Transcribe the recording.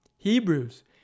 Hebrews